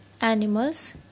animals